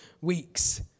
weeks